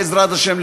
בעזרת השם,